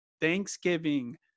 thanksgiving